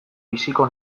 biziko